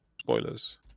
spoilers